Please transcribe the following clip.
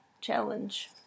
challenge